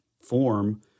form